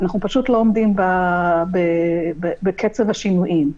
אנחנו פשוט לא עומדים בקצב השינויים.